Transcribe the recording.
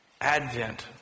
Advent